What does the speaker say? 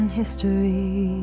history